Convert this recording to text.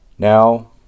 now